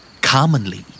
Commonly